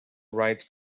writes